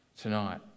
Tonight